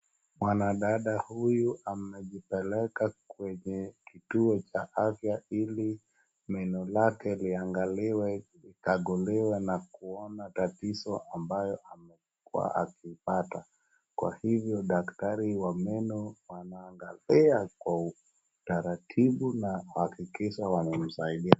Mwanadada huyu amejipeleka kwenye kituo cha afya ili meno lake liangaliwe, likaguliwe na kuona tatizo ambayo amekuwa akipata, kwa hivyo daktari wa meno anaangalia kwa utaratibu na kuhakikisha wamemsaidia.